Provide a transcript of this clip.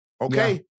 okay